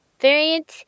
variant